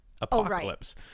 apocalypse